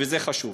וזה חשוב.